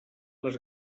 les